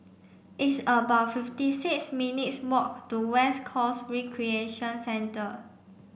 it's about fifty six minutes' walk to West Coast Recreation Centre